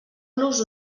los